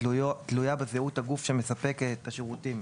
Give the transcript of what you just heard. תלוי בזהות הגוף שמספק את השירותים.